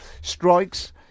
strikes